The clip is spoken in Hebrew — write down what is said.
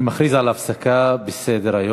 אני מכריז על הפסקה בסדר-היום.